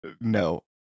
No